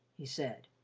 he said.